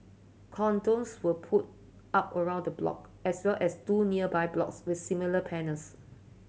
cordons were put up around the block as well as two nearby blocks with similar panels